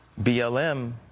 BLM